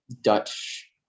dutch